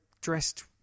dressed